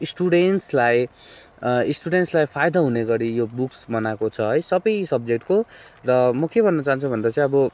स्टुडेन्ट्सलाई स्टुडेन्ट्सलाई फाइदा हुने गरी यो बुक्स बनाएको छ है सबै सब्जेक्ट्सको र म के भन्न चाहन्छु भन्दा चाहिँ अब